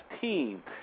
team